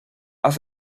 haz